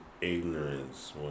Ignorance